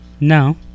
No